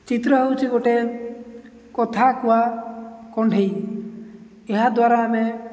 ଚିତ୍ର ହେଉଛି ଗୋଟେ କଥାକୁହା କଣ୍ଢେଇ ଏହା ଦ୍ୱାରା ଆମେ